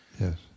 Yes